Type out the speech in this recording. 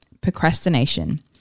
Procrastination